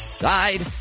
side